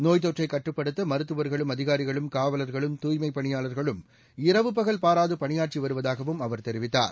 நோய்த்தொற்றை கட்டுப்படுத்த மருத்துவா்களும் அதிகாரிகளும் காவலா்களும் தூய்மைப் பணியாளர்களும் இரவு பகல் பாராது பணியாற்றி வருவதாகவும் அவர் தெரிவித்தார்